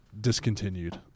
discontinued